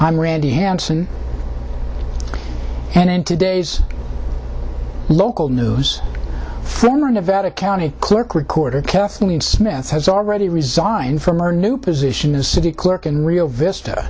i'm randy hanson and in today's local news former nevada county clerk recorder kathleen smith has already resigned from our new position as city clerk in rio vista